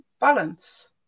balance